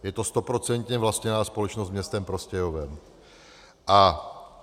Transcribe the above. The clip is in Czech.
Je to stoprocentně vlastněná společnost městem Prostějovem.